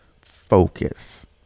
focus